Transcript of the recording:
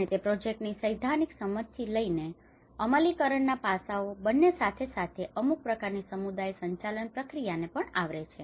અને તે પ્રોજેક્ટની સૈદ્ધાંતિક સમજથી લઈને અમલીકરણના પાસાઓ બંને અને સાથે સાથે અમુક પ્રકારની સમુદાય સંચાલન પ્રક્રિયાને પણ આવરી લે છે